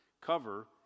cover